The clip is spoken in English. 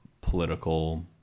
political